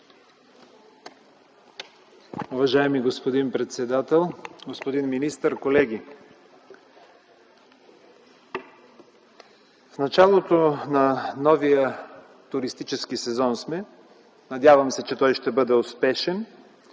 Уважаеми господин председател, господин министър, колеги! В началото на новия туристически сезон сме. Надявам се, че той ще бъде успешен.